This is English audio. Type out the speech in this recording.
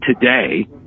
Today